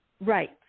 Right